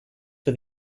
for